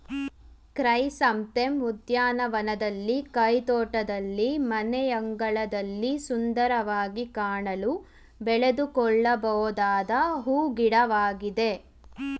chrysanthemum ಉದ್ಯಾನವನದಲ್ಲಿ, ಕೈತೋಟದಲ್ಲಿ, ಮನೆಯಂಗಳದಲ್ಲಿ ಸುಂದರವಾಗಿ ಕಾಣಲು ಬೆಳೆದುಕೊಳ್ಳಬೊದಾದ ಹೂ ಗಿಡವಾಗಿದೆ